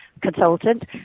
consultant